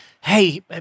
Hey